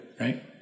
right